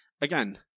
Again